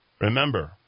Remember